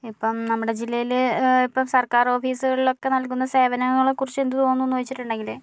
ഇപ്പോൾ നമ്മുടെ ജില്ലയിൽ ഇപ്പോൾ സർക്കാർ ഓഫീസുകളിൽ ഒക്കെ നൽകുന്ന സേവനങ്ങളെക്കുറിച്ച് എന്ത് തോന്നുന്നു എന്ന് വെച്ചിട്ടുണ്ടെങ്കിൽ